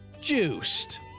juiced